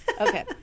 Okay